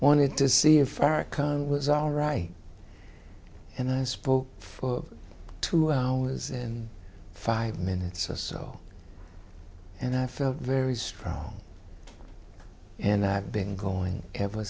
wanted to see if our car was all right and i spoke for two hours and five minutes or so and i felt very strong and i've been going ever